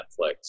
Netflix